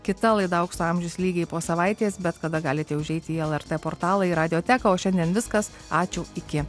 kita laida aukso amžius lygiai po savaitės bet kada galite užeiti į lrt portalą į radioteką o šiandien viskas ačiū iki